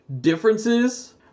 differences